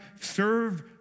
Serve